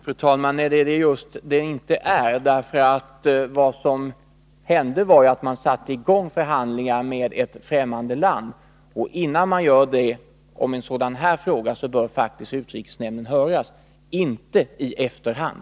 Fru talman! Det var just vad det inte var. Det som hände var nämligen att man påbörjade förhandlingar med ett främmande land. Innan man gör det i en fråga som denna bör faktiskt utrikesnämnden först höras. Det skall inte ske i efterhand.